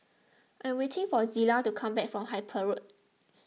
I am waiting for Zillah to come back from Harper Road